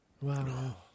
Wow